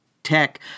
Tech